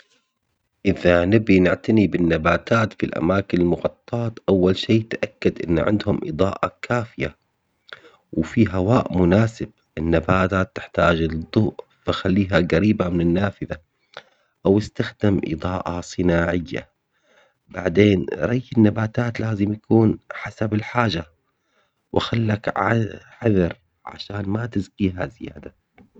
ذا نبي نعتني بالنباتات في الأماكن المغطاة أول شي تأكد إنه عندهم إضاءة كافية، وفي هواء مناسب النباتات تحتاج الضوء فخليها قريبة من نافذة، أو استخدم إضاءة صناعية بعدين ري النباتات لازم يكون حسب الحاجة، وخلك ع- حذر عشان ما تسقيها زيادة.